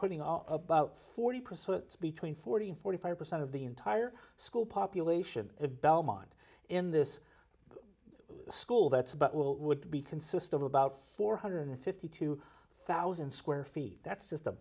putting are about forty percent between forty and forty five percent of the entire school population of belmont in this school that's about will would be consist of about four hundred fifty two thousand square feet that's just a